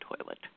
toilet